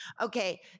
Okay